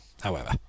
However